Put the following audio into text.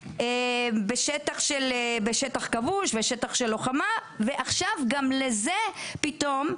בשטח כבוש ושטח של לוחמה ועכשיו גם לזה פתאום,